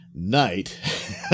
night